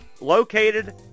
Located